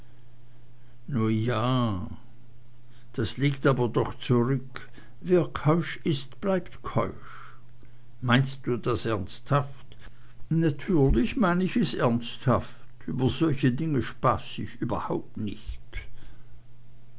nu ja das liegt aber doch zurück wer keusch ist bleibt keusch meinst du das ernsthaft natürlich mein ich es ernsthaft über solche dinge spaß ich überhaupt nicht